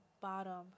bottom